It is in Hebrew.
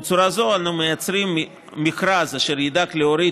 בצורה זו אנו מיצרים מכרז אשר ידאג להוריד